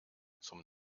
zum